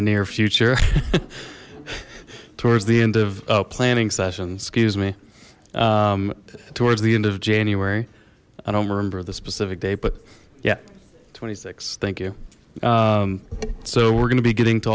the near future towards the end of a planning session excuse me towards the end of january i don't remember the specific date but yeah twenty six thank you so we're gonna be getting to